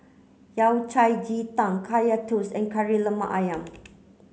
Yao Cai Ji Tang Kaya Toast and Kari Lemak Ayam